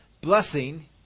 blessing